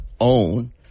own